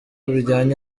bijyanye